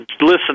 listen